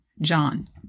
John